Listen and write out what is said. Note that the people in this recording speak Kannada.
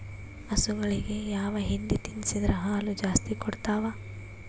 ಹಸುಗಳಿಗೆ ಯಾವ ಹಿಂಡಿ ತಿನ್ಸಿದರ ಹಾಲು ಜಾಸ್ತಿ ಕೊಡತಾವಾ?